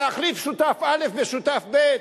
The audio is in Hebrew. להחליף שותף א' בשותף ב'.